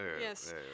Yes